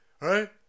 right